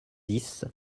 dix